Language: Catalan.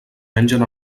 mengen